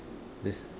the